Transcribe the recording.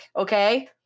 okay